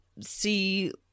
see